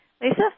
Lisa